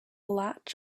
latch